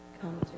come